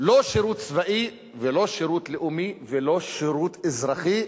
לא שירות צבאי ולא שירות לאומי ולא שירות אזרחי.